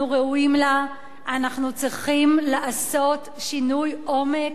ראויים לה אנחנו צריכים לעשות שינוי עומק,